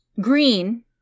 Green